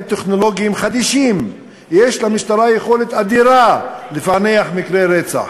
טכנולוגיים חדישים יש למשטרה יכולת אדירה לפענח מקרי רצח,